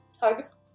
hugs